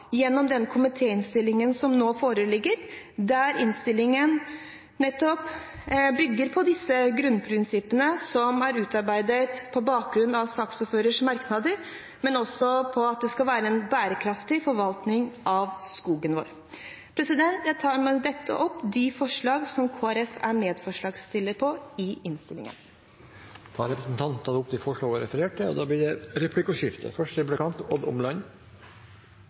gjennom den komitéinnstillingen som nå foreligger, der innstillingen nettopp bygger på disse grunnprinsippene som er utarbeidet på bakgrunn av saksordførerens merknader, men også på at det skal være en bærekraftig forvaltning av skogen vår. Jeg anbefaler med dette komiteens innstilling. Det blir replikkordskifte. Først vil jeg benytte anledningen til å takke representanten